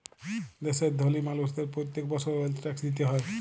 দ্যাশের ধলি মালুসদের প্যত্তেক বসর ওয়েলথ ট্যাক্স দিতে হ্যয়